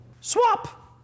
Swap